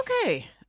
Okay